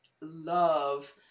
love